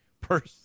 person